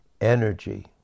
energy